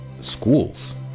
schools